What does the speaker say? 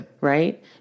Right